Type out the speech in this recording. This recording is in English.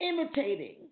imitating